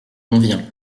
convient